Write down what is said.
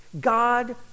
God